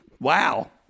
Wow